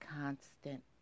constant